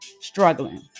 struggling